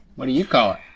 what do you call it?